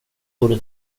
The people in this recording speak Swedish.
vore